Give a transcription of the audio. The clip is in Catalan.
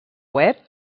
web